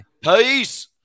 Peace